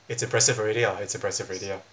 it's impressive already ah it's impressive already ah